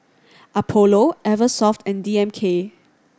Apollo Eversoft and D M K